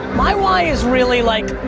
my why is really like,